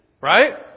Right